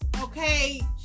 okay